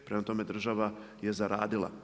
Prema tome, država je zaradila.